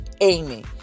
amy